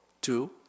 two